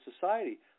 society